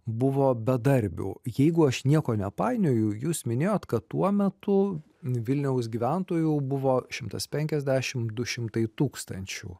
buvo bedarbių jeigu aš nieko nepainioju jūs minėjot kad tuo metu vilniaus gyventojų buvo šimtas penkiasdešim du šimtai tūkstančių